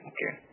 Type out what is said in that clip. Okay